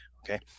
Okay